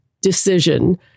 decision